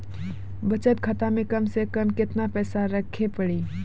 बचत खाता मे कम से कम केतना पैसा रखे पड़ी?